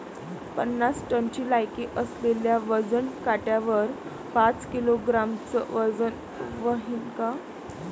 पन्नास टनची लायकी असलेल्या वजन काट्यावर पाच किलोग्रॅमचं वजन व्हईन का?